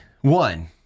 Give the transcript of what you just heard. one